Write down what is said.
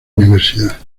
universidad